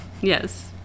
yes